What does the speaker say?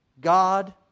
God